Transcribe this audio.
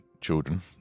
children